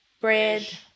bread